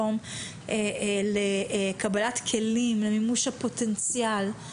מקום לקבלת כלים למימוש הפוטנציאל,